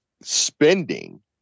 spending